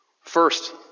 First